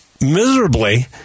miserably